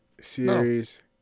series